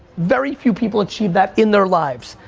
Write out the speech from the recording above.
very few people achieve that in their lives.